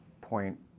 point